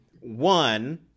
One